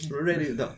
ready